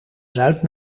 zuid